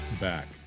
back